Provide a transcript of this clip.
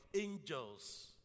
angels